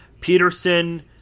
Peterson